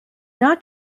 not